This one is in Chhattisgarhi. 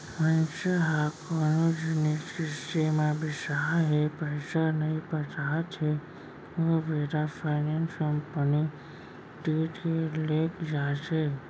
मनसे ह कोनो जिनिस किस्ती म बिसाय हे पइसा नइ पटात हे ओ बेरा फायनेंस कंपनी तीर के लेग जाथे